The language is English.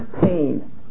pain